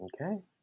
Okay